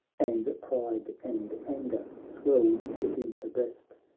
and pride and anger swelled within her breast.